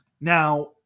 Now